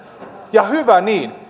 ja hyvä niin